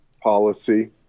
policy